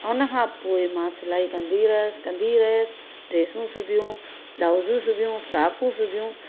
हुन खां पोइ मां सिलाई कंदी रहियसि कंदी रहियसि ड्रेसूं सिबियूं ब्लाउज़ूं सुबियूं फ्राकूं सिबियूं